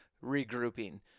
regrouping